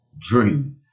dream